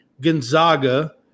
Gonzaga